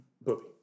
Booby